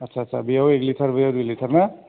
आदसा आदसा बेयाव एक लिटार बेयाव एक लिटार ना